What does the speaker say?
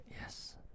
Yes